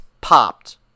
popped